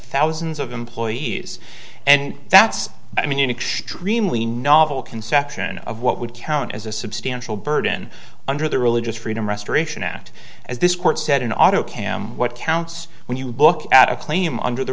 thousands of employees and that's i mean you know extremely novel conception of what would count as a substantial burden under the religious freedom restoration act as this court said in auto cam what counts when you book out a claim under the